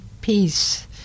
peace